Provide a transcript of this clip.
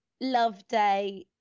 Loveday